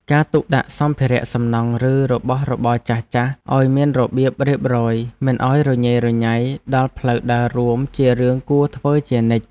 ការទុកដាក់សម្ភារៈសំណង់ឬរបស់របរចាស់ៗឱ្យមានរបៀបរៀបរយមិនឱ្យរញ៉េរញ៉ៃដល់ផ្លូវដើររួមជារឿងគួរធ្វើជានិច្ច។